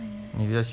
I